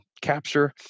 capture